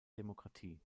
demokratie